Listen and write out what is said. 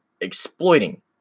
exploiting